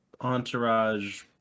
entourage